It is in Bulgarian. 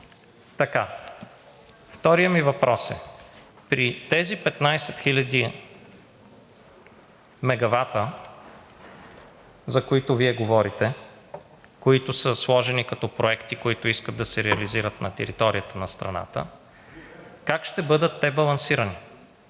Вторият ми въпрос е: при тези 15 хиляди мегавата, за които Вие говорите, които са сложени като проекти, които искат да се реализират на територията на страната, как ще бъдат те балансирани?